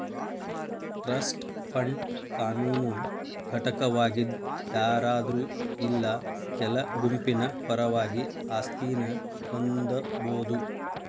trust fund ಕಾನೂನು ಘಟಕವಾಗಿದ್ ಯಾರಾದ್ರು ಇಲ್ಲಾ ಕೆಲ ಗುಂಪಿನ ಪರವಾಗಿ ಆಸ್ತಿನ ಹೊಂದಬೋದು